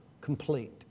Complete